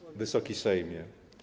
Wysoki Sejmie!